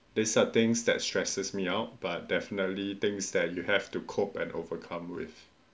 these are things that stresses me out but definitely things that you have to cope and overcome with